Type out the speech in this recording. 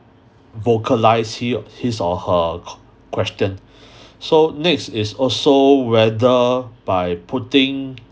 vocalise he his or her question so next is also whether by putting